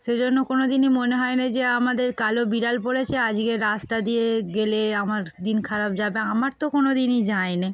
সেজন্য কোনো দিনই মনে হয় না যে আমাদের কালো বিড়াল পড়েছে আজকে রাস্তা দিয়ে গেলে আমার দিন খারাপ যাবে আমার তো কোনো দিনই যায়নি